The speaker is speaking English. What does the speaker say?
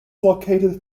located